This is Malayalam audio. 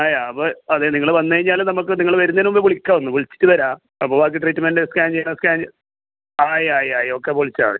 അപ്പോൾ അതെ നിങ്ങൾ വന്നു കഴിഞ്ഞാൽ നമ്മൾക്ക് നിങ്ങൾ വരുന്നതിന് മുമ്പേ വിളിക്കാം ഒന്ന് വിളിച്ചിട്ട് വരാം അപ്പോൾ ബാക്കി ട്രീറ്റ്മെന്റ് സ്കാൻ ചെയ്യണോ സ്കാൻ ആയി ആയി ആയി ഓക്കെ വിളിച്ചാൽ മതി